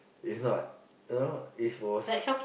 it's not you know it was